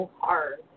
hard